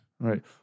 Right